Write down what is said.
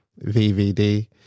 VVD